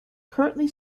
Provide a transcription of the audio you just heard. currently